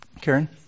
Karen